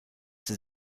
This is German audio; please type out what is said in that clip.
sie